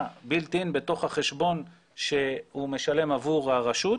בילד-אין בתוך החשבון שהוא משלם עבור הרשות,